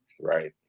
Right